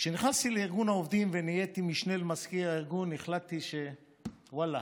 כשנכנסתי לארגון העובדים ונהייתי משנה למזכיר הארגון החלטתי שוואללה,